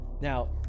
Now